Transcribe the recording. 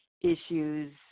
issues